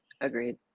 Agreed